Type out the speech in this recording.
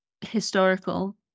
historical